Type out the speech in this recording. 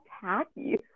tacky